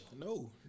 No